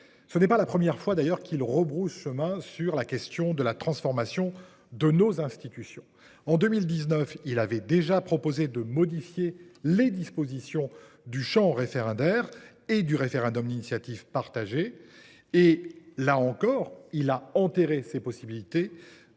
d’ailleurs pas la première fois qu’il rebrousse chemin sur la question de la transformation de nos institutions. En 2019, il avait déjà proposé de modifier les modalités du champ référendaire et du référendum d’initiative partagée. Une fois de plus, il a enterré ces possibilités